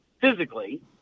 physically